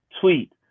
tweet